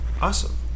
Awesome